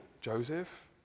Joseph